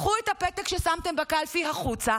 קחו את הפתק ששמתם בקלפי החוצה,